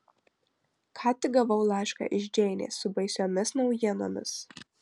ką tik gavau laišką iš džeinės su baisiomis naujienomis